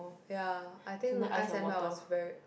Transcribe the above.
ya I think ice and melt was very